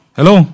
Hello